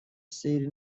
سیری